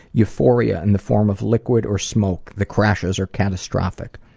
euphoria in the form of liquid or smoke. the crashes are catastrophic.